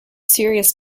serious